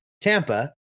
Tampa